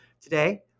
Today